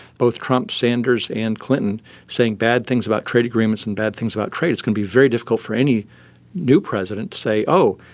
both trump, sanders and clinton saying bad things about trade agreements and bad things about trade, it's going to be very difficult for any new president to say, oh,